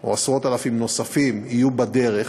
או עשרות-אלפים נוספים יהיו בדרך